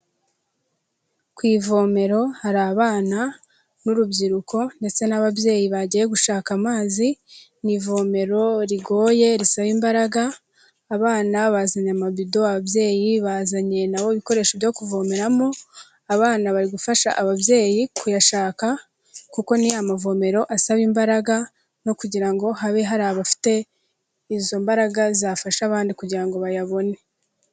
Ku ivomero hari abana n'urubyiruko ndetse n'ababyeyi bagiye gushaka amazi, ni ivomero rigoye risaba imbaraga abana bazanye amabido ababyeyi bazanye na bo ibikoresho byo kuvomeramo, abana bari gufasha ababyeyi kuyashaka, kuko ni ya mavomero asaba imbaraga no kugira ngo habe hari abafite izo mbaraga zafasha abandi kugira ngo bayabone.